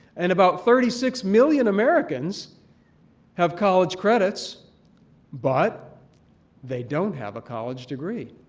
and about thirty six million americans have college credits but they don't have a college degree.